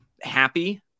happy